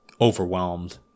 overwhelmed